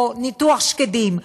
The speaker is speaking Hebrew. או ניתוח שקדים,